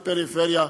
פריפריה,